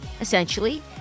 essentially